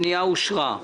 הפנייה אושרה.